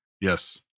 Yes